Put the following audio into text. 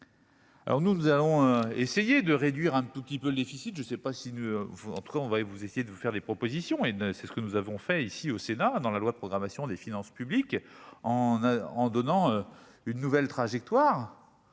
Alors nous, nous allons essayer de réduire un tout petit peu le déficit, je ne sais pas si nous vous en tout cas on va vous essayer de vous faire des propositions, et c'est ce que nous avons fait ici au Sénat dans la loi de programmation des finances publiques en à en donnant une nouvelle trajectoire